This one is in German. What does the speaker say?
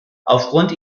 aufgrund